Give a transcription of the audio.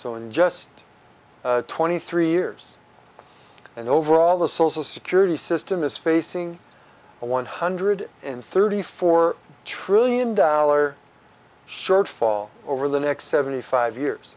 so in just twenty three years and overall the social security system is facing a one hundred and thirty four trillion dollar shortfall over the next seventy five